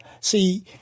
See